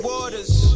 Waters